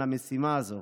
למשימה הזאת,